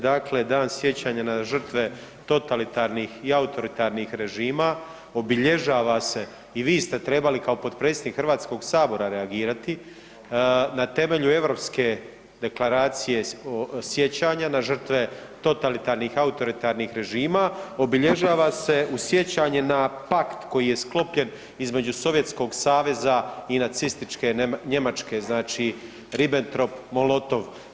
Dakle, Dan sjećanja na žrtve totalitarnih i autoritarnih režima i obilježava se i vi ste trebali kao potpredsjednik Hrvatskog sabora reagirati na temelju Europske deklaracije sjećanja na žrtve totalitarnih i autoritarnih režima, obilježava se uz sjećanje na pakt koji je sklopljen između Sovjetskog Saveza i nacističke Njemačke znači Ribbentrop-Molotov.